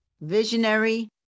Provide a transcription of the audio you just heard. visionary